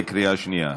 בקריאה שנייה.